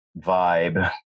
vibe